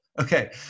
Okay